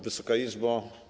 Wysoka Izbo!